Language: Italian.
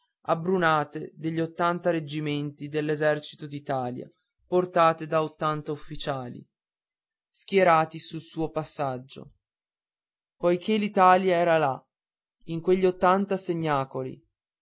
e le bandiere abbrunate degli ottanta reggimenti dell'esercito d'italia portate da ottanta ufficiali schierati sul suo passaggio poiché l'italia era là in quegli ottanta segnacoli che